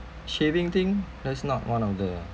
shaving thing that's not one of the